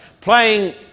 playing